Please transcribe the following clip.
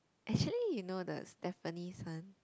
actually you know the Stephanie-Sun